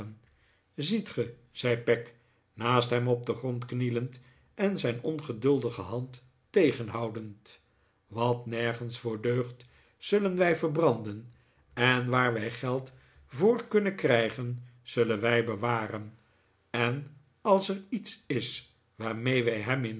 ziet ge zei peg naast hem op den grond knielend en zijn ongeduldige hand tegenhoudend wat nergens voor deugt zullen wij verbranden en waar wij geld voor kunnen krijgen zullen wij bewaren en als er iets is waarmee wij